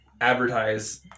advertise